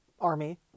army